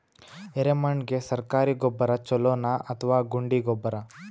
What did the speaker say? ಎರೆಮಣ್ ಗೆ ಸರ್ಕಾರಿ ಗೊಬ್ಬರ ಛೂಲೊ ನಾ ಅಥವಾ ಗುಂಡಿ ಗೊಬ್ಬರ?